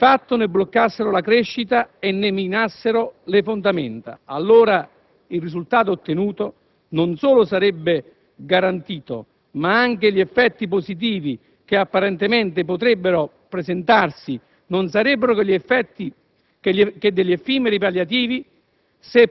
di fatto ne bloccassero la crescita e ne minassero le fondamenta, allora, il risultato ottenuto non solo sarebbe garantito, ma anche gli effetti positivi che apparentemente potrebbero presentarsi non sarebbero che degli effimeri palliativi